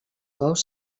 bous